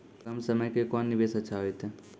कम समय के कोंन निवेश अच्छा होइतै?